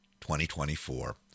2024